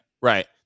right